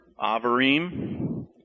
Avarim